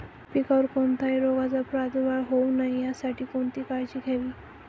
पिकावर कोणत्याही रोगाचा प्रादुर्भाव होऊ नये यासाठी कोणती काळजी घ्यावी?